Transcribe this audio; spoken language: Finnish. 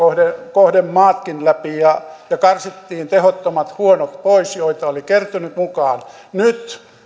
kohdemaatkin läpi ja ja karsittiin pois tehottomat huonot joita oli kertynyt mukaan nyt